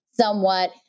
somewhat